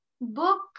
book